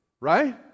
Right